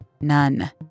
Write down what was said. none